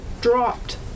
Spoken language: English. dropped